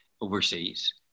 overseas